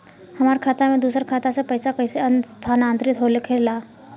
हमार खाता में दूसर खाता से पइसा कइसे स्थानांतरित होखे ला?